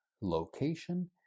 location